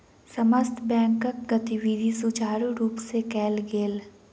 समस्त बैंकक गतिविधि सुचारु रूप सँ कयल गेल